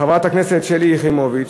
חברת הכנסת שלי יחימוביץ.